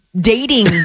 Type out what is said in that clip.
dating